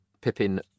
Pippin